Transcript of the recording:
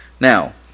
Now